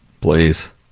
Please